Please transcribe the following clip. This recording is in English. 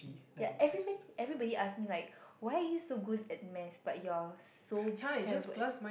yeah everybody everybody ask me like why are you so good at math but you are so terrible at